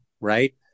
Right